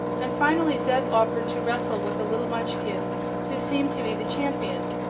and finally zeb offered to wrestle with a little munchkin who seemed to be the champion.